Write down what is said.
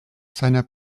seiner